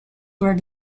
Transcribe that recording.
were